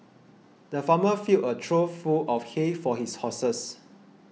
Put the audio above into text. the farmer filled a trough full of hay for his horses